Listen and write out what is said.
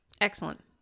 Excellent